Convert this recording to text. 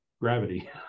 gravity